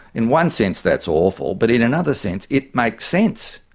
in one sense, that's awful, but in another sense, it makes sense,